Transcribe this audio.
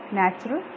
natural